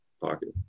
pocket